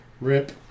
Rip